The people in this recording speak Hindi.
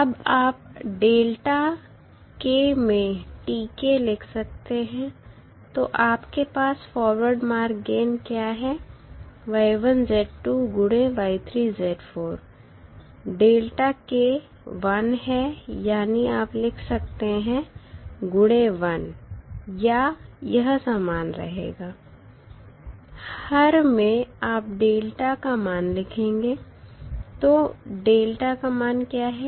अब आप डेल्टा k में Tk लिख सकते हैं तो आपके पास फॉरवर्ड मार्ग गेन क्या है Y1 Z2 Y3 Z4 delta k 1 है यानी आप लिख सकते हैं गुणे 1 या यह सामान रहेगा हर में आप डेल्टा का मान लिखेंगे तो डेल्टा का मान क्या है